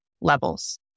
levels